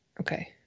Okay